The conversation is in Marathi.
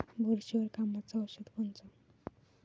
बुरशीवर कामाचं औषध कोनचं?